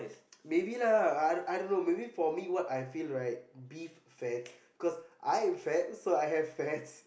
maybe lah I I don't know maybe for me what I feel right beef fats cause I am fat so I have fats